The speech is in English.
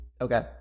okay